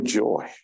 joy